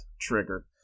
trigger